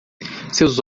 seus